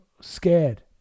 scared